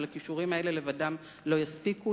אבל הכישורים האלה לבדם לא יספיקו.